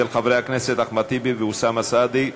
כרטיס קדימות) של חברי הכנסת אחמד טיבי ואוסאמה סעדי.